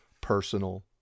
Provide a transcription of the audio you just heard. personal